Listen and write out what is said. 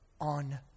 on